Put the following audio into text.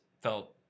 felt